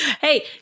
Hey